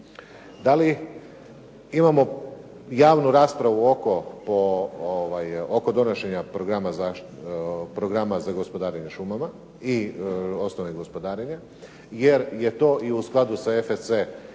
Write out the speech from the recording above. da li imamo javnu raspravu oko donošenja programa za gospodarenje šumama i …/Govornik se ne razumije./… gospodarenje, jer je to i u skladu sa FSC certifikatom